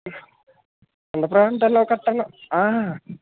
కొండ ప్రాంతాల్లో గట్రాను